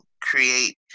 Create